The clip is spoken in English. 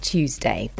Tuesday